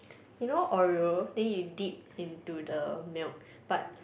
you know Oreo then you dip into the milk but